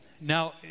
Now